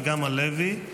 וגם הלוי.